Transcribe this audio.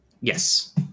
Yes